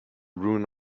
ruin